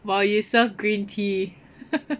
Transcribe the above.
!wah! you serve green tea